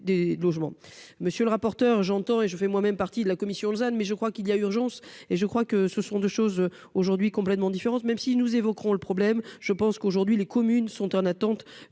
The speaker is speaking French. Monsieur le rapporteur. J'entends et je fais moi-même partie de la commission Lausanne mais je crois qu'il y a urgence et je crois que ce sont deux choses aujourd'hui complètement différente, même si nous évoquerons le problème je pense qu'aujourd'hui, les communes sont en attente